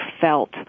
felt